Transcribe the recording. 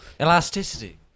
elasticity